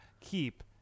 keep